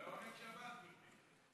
זה עונג שבת, ריבה.